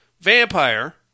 vampire